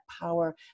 power